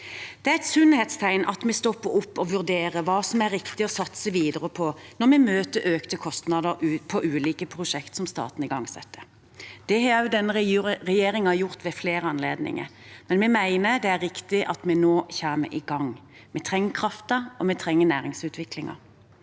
Det er et sunnhetstegn at vi stopper opp og vurderer hva som er riktig å satse videre på, når vi møter økte kostnader på ulike prosjekt som staten igangsetter. Det har òg denne regjeringen gjort ved flere anledninger. Likevel mener vi at det er riktig at vi nå kommer i gang, for vi trenger kraften, og vi trenger næringsutviklingen.